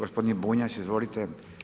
Gospodin Bunja, izvolite.